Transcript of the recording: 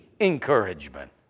encouragement